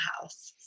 house